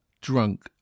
drunk